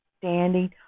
standing